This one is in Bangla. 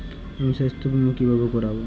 আমি স্বাস্থ্য বিমা কিভাবে করাব?